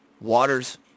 waters